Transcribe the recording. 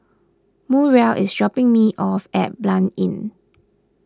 Muriel is dropping me off at Blanc Inn